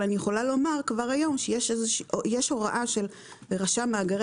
אבל אני יכולה לומר כבר היום שיש הוראה של רשם מאגרי